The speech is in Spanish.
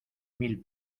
mil